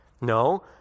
No